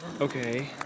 Okay